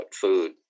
food